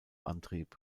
antrieb